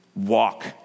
walk